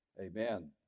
Amen